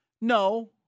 No